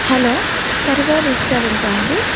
hello Parivar రెస్టారెంటా అండి